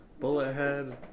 Bullethead